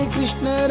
Krishna